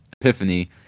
epiphany